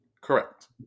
Correct